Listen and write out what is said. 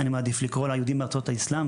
אני מעדיף לקרוא לה יהודים מארצות האסלם,